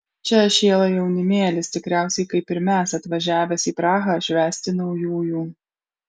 čia šėlo jaunimėlis tikriausiai kaip ir mes atvažiavęs į prahą švęsti naujųjų